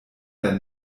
der